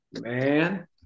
Man